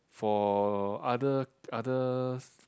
for other others